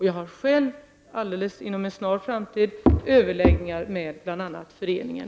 Jag skall själv i en snar framtid ha överläggningar med bl.a. föreningen.